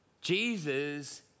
Jesus